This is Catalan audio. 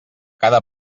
cada